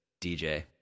DJ